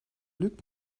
lügt